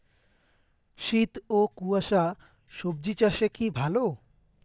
শীত ও কুয়াশা স্বজি চাষে কি ভালো?